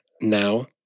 now